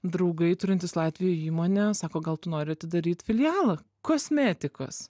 draugai turintys latvijoj įmonę sako gal tu nori atidaryt filialą kosmetikos